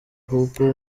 kuko